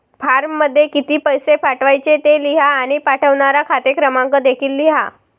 फॉर्ममध्ये किती पैसे पाठवायचे ते लिहा आणि पाठवणारा खाते क्रमांक देखील लिहा